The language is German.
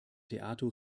theato